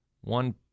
one